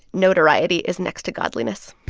notoriety is next to godliness